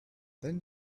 then